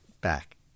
back